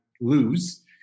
lose